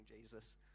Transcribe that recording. Jesus